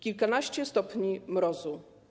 Kilkanaście stopni mrozu.